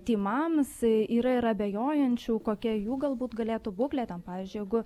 tymams yra ir abejojančių kokia jų galbūt galėtų būklė tam pavyzdžiui jeigu